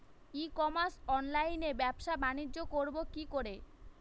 ই commerce অনলাইনে ব্যবসা বানিজ্য করব কি করে?